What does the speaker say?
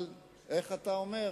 אבל איך אתה אומר,